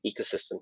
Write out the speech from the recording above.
ecosystem